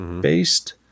based